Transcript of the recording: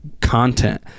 content